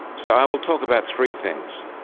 so i will talk about three things.